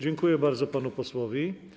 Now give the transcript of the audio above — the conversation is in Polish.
Dziękuję bardzo panu posłowi.